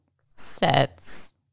sets